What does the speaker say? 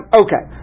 okay